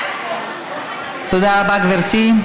תודה רבה, גברתי.